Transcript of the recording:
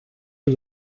yıl